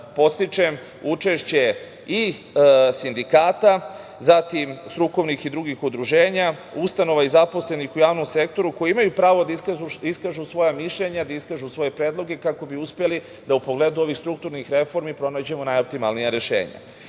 podstičem učešće i sindikata, zatim strukovnih i drugih udruženja, ustanova i zaposlenih u javnom sektoru koji imaju pravo da iskažu svoja mišljenja, da iskažu svoje predloge kako bi uspeli da u pogledu ovih strukturnih reformi pronađemo najoptimalnija rešenja. Verujem